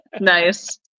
Nice